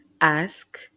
ask